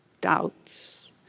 doubts